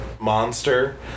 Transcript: monster